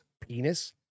penis